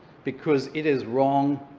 because it is wrong.